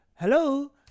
hello